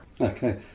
okay